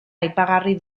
aipagarri